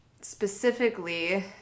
specifically